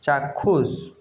চাক্ষুষ